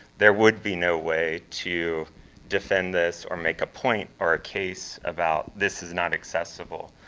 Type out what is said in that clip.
there would be no way to defend this or make a point or a case about this is not accessible.